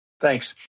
Thanks